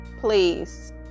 please